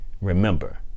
Remember